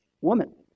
woman